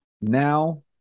now